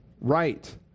right